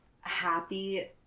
happy